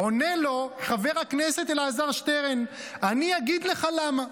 עונה לו חבר הכנסת אלעזר שטרן: אני אגיד לך למה,